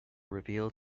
revealed